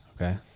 Okay